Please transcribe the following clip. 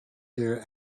here